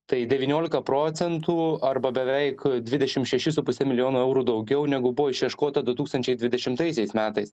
tai devyniolika procentų arba beveik dvidešim šeši su puse milijono eurų daugiau negu buvo išieškota du tūkstančiai dvidešimtaisiais metais